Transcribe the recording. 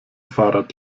fahrrad